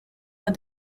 but